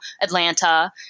Atlanta